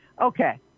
Okay